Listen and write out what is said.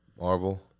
Marvel